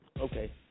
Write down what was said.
Okay